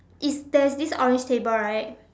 is there's this orange table right